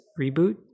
Reboot